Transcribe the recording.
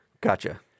Gotcha